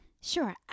Sure